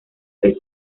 vez